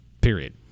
Period